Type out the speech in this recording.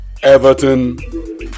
Everton